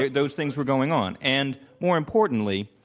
those things were going on. and more importantly,